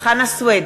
חנא סוייד,